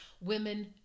women